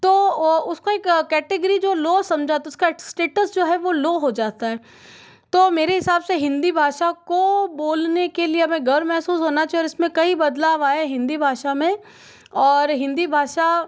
तो ओह उसको एक केटेगरी जो लो समझा उसका स्टेटस जो है वो लो हो जाता है तो मेरे हिसाब से हिन्दी भाषा को बोलने के लिये हमे गर्व महसूस होना चाहिए और इसमें कई बदलाव आए हिंसी भाषा में और हिन्दी भाषा